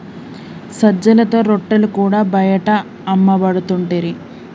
సజ్జలతో రొట్టెలు కూడా బయట అమ్మపడుతుంటిరి